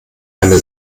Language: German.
eine